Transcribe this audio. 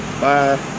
bye